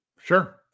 Sure